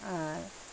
আর